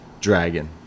dragon